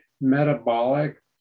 metabolic